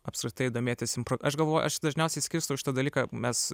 apskritai domėtis impro aš galvoju aš dažniausiai skirstau šitą dalyką mes